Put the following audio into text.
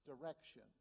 direction